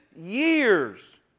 years